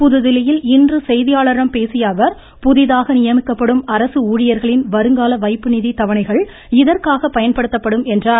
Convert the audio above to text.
புதுதில்லியில் இன்று செய்தியாளர்களிடம் பேசிய புதிதாக நியமிக்கப்படும் அரசு ஊழியர்களின் வருங்கால வைப்பு நிதி தவணைகள் இதற்காக பயன்படுத்தப்படும் என்றார்